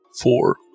Four